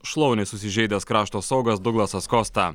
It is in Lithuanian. šlaunį susižeidęs krašto saugas duglasas kosta